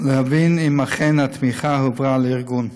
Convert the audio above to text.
להבין אם אכן התמיכה עברה לארגון.